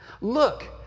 Look